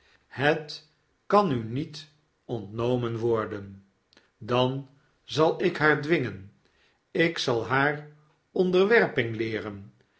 het kan u niet ontnomen worden dan zal ik haar dwingen ik zal haar onderwerping leeren